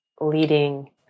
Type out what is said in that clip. leading